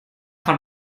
von